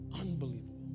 Unbelievable